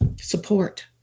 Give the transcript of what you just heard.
support